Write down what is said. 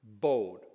Bold